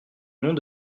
noms